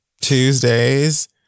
Tuesdays